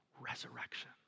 resurrection